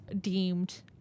deemed